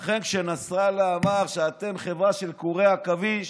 לכן, כשנסראללה אמר שאתם חברה של קורי עכביש,